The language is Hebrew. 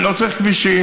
לא צריך כבישים.